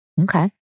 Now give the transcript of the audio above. Okay